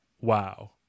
Wow